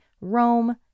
Rome